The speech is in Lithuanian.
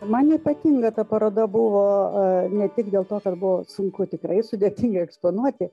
man ypatinga ta paroda buvo ne tik dėl to kad buvo sunku tikrai sudėtinga eksponuoti